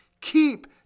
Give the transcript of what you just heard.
keep